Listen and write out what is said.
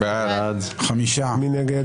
מי נגד?